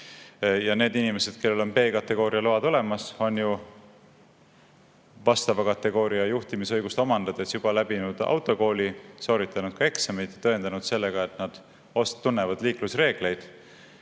Need inimesed, kellel on B-kategooria luba olemas, on vastava kategooria juhtimisõigust omandades juba läbinud autokooli, sooritanud eksamid ja tõendanud sellega, et nad tunnevad liiklusreegleid